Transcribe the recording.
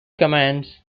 commands